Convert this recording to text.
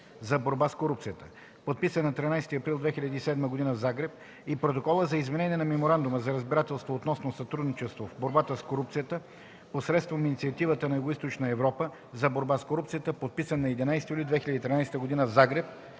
за борба с корупцията, подписан на 13 април 2007 г. в Загреб, и на Протокола за изменение на Меморандума за разбирателство относно сътрудничество в борбата с корупцията посредством Инициативата на Югоизточна Европа за борба с корупцията, подписан на 11 юли 2013 г. в Загреб,